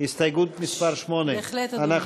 הסתייגות מס' 8. בהחלט, אדוני.